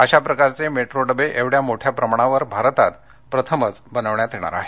अशा प्रकारचे मेट्रो डबे एवढ्या मोठ्या प्रमाणावर भारतात पहिल्यांदाच बनविण्यात येणार आहेत